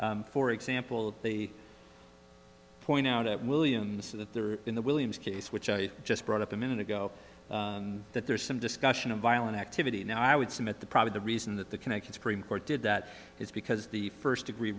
for example they point out at williams that there are in the williams case which i just brought up a minute ago that there's some discussion of violent activity now i would submit the probably the reason that the connection supreme court did that is because the first degree